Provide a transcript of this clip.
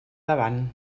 davant